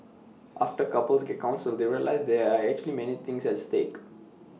after couples get counselled they realise there are actually many things at stake